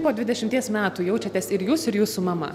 po dvidešimties metų jaučiatės ir jūs ir jūsų mama